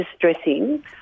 distressing